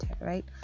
right